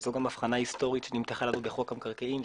וזו גם הבחנה היסטוריה שנמתחה עליו בחוק המקרקעין,